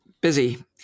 busy